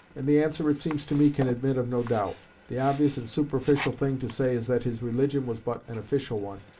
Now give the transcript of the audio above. and the answer, it seems to me, can admit of no doubt. the obvious and superficial thing to say is that his religion was but an official one,